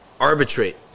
arbitrate